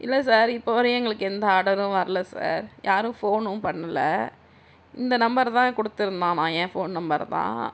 இல்லை சார் இப்போ வரையும் எங்களுக்கு எந்த ஆடரும் வரல சார் யாரும் ஃபோனும் பண்ணலை இந்த நம்பர் தான் கொடுத்துருந்தானா என் ஃபோன் நம்பர் தான்